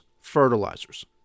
fertilizers